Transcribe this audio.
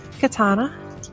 katana